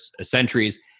centuries